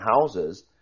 houses